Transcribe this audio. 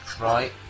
Right